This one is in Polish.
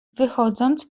wychodząc